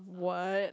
what